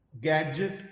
gadget